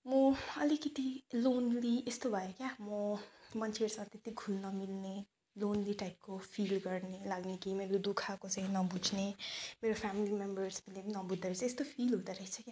म अलिकति लोन्ली यस्तो यस्तो भयो क्या मो मान्छेहरूसँग त्यत्ति घुल नमिल्ने लोनली टाइपको फिल गर्ने लाग्ने कि मेरो दुखः कसैले नबुझ्ने मेरो फेमिली मेम्बर्सले पनि नबुझ्दो रहेछ यस्तो फिल हुँदो रहेछ क्या